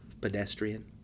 pedestrian